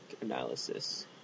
analysis